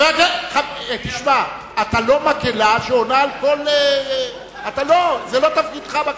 אתה לא מקהלה שעונה על כל, זה לא תפקידך בכנסת.